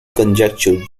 conjecture